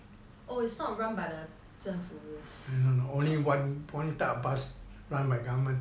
oh is not run by the 政府 is